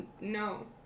No